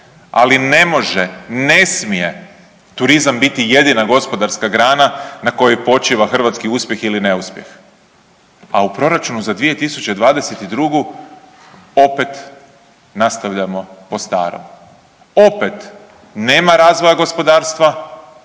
ali ne može, ne smije turizam biti jedina gospodarska grana na kojoj počiva hrvatski uspjeh ili neuspjeh. A u proračunu za 2022. opet nastavljamo po starom. Opet nema razvoja gospodarstva,